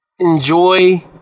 Enjoy